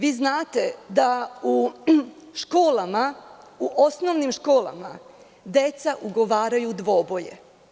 Vi znate da u školama, u osnovnim školama deca ugovaraju dvoboje.